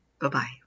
Bye-bye